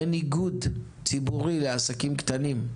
אין איגוד ציבורי לעסקים קטנים,